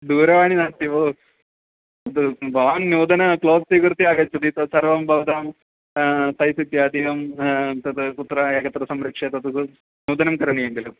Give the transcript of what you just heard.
दूरवाणी नास्ति भो भवान् नूतन क्लोथ् स्वीकृत्य आगच्छति तत् सर्वं भवतां सैस् इत्यादिकं तत् कुत्र एकत्र संरक्ष्य नूतन करणीयं खलु